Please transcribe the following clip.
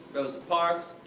rosa parks,